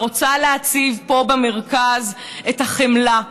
ורוצה להציב פה במרכז את החמלה,